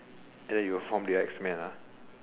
then you will form the X men ah